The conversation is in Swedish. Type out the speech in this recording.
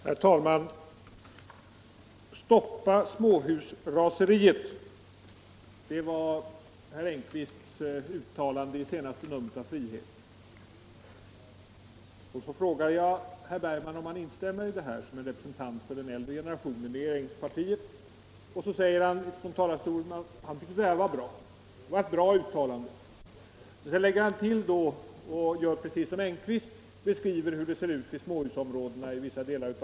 Herr talman! ”Stoppa småhusraseriet”, löd herr Engqvists uppmaning i senaste numret av Frihet. Jag frågade herr Bergman i Göteborg om han instämde i detta uttalande såsom representant för den äldre generationen inom regeringspartiet. Ifrån talarstolen förklarade då herr Bergman att han tyckte att uttalandet var bra. Och precis som herr Engqvist beskrev herr Bergman hur det ser ut i småhusområdena i vissa delar av USA.